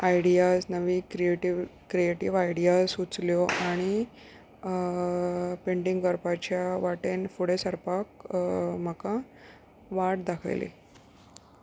ideas नवी creative creative ideas सुचल्यो आनी पेंटींग करपाच्या वाटेन फुडें सरपाक म्हाका वाट दाखयली